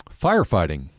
firefighting